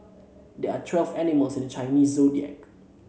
there are twelve animals in the Chinese Zodiac